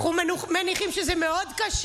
אנחנו מניחים שזה מאוד קשה.